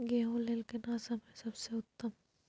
गेहूँ लेल केना समय सबसे उत्तम?